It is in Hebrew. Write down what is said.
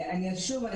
שוב אני